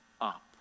up